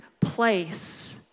place